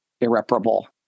irreparable